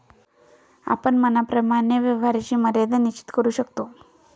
आपण मनाप्रमाणे व्यवहाराची मर्यादा निश्चित करू शकतो